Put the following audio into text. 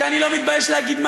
שאני לא מתבייש להגיד,